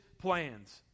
plans